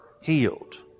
healed